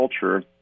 culture